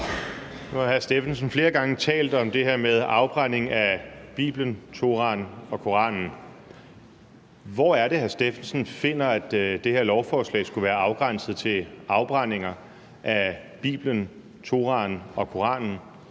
Nu har hr. Jon Stephensen flere gange talt om det her med afbrænding af Bibelen, Toraen og Koranen. Hvor er det, hr. Jon Stephensen finder, at det her lovforslag skulle være afgrænset til afbrændinger af Bibelen, Toraen og Koranen?